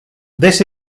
this